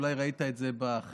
אולי ראית את זה בחדר.